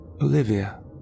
Olivia